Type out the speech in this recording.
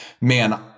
man